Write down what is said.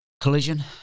collision